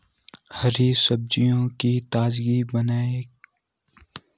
हरी सब्जियों की ताजगी को कैसे बनाये रखें?